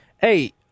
Hey